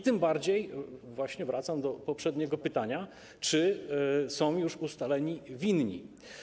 Tym bardziej właśnie wracam do poprzedniego pytania, czy są już ustaleni winni.